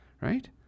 right